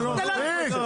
לא מבינה את המשמעות.